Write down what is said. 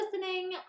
listening